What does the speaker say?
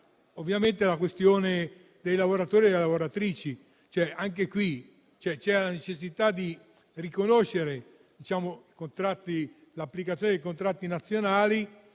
Infine, c'è la questione dei lavoratori e delle lavoratrici. C'è la necessità di riconoscere l'applicazione dei contratti nazionali